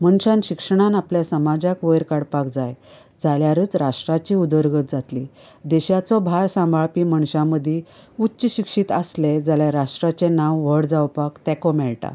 मनशान शिक्षणान आपल्या समाजाक वयर काडपाक जाय जाल्यारच राष्ट्राची उदरगत जातली देशाचो भार सांबाळपी मनशां मदीं उच्च शिक्षीत आसले जाल्यार राष्ट्राचें नांव व्हड जावपाक तेंको मेळटा